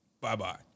Bye-bye